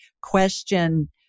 question